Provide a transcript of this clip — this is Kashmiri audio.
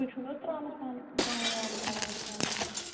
تُہۍ چھُو نہ حظ ٹرانسفار ترام وام تھاوان دُکانَس پٮ۪ٹھ